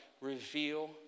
Reveal